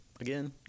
again